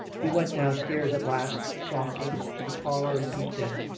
he went downstairs at last, softly, to the parlour, and peeped in.